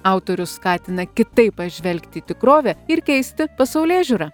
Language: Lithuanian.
autorius skatina kitaip pažvelgti į tikrovę ir keisti pasaulėžiūrą